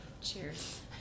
Cheers